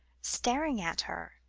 staring at her,